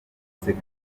inshuti